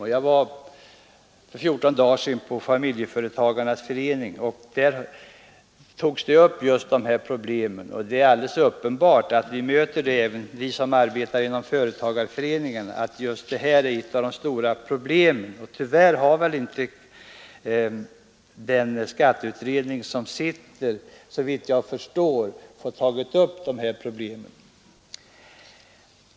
För 14 dagar sedan var jag på ett möte med Familjeföretagens förening, och där tog man upp just denna sak. Även vi som arbetar inom företagarföreningarna upplever den som ett av de stora problemen. Tyvärr har väl inte den sittande skatteutredningen fått ta upp dessa problem.